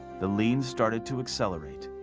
the lean started to accelerate.